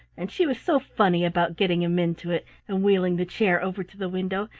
and she was so funny about getting him into it, and wheeling the chair over to the window,